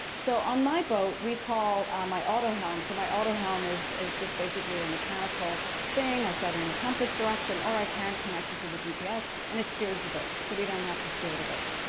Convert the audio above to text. so on my boat, we call my otto home. so my otto home is is just basically a mechanical thing. i set in a compass direction or i can connect it to the gps, and it steers the boat. so we don't have to steer the boat.